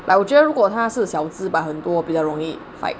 but 我觉得如果它是小子 but 很多比较容易 fight